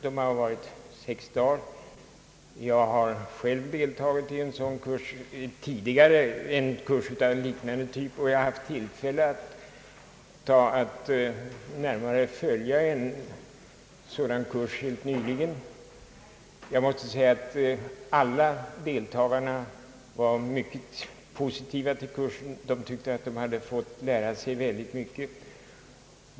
Det har gällt kurser på sex dagar. Jag har själv tidigare deltagit i en kurs av liknande typ. Jag har också haft tillfälle att helt nyligen närmare följa en sådan kurs, och jag måste säga att alla deltagare var mycket positiva till kursen och tyckte att de hade fått lära sig mycket.